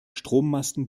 strommasten